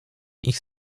ich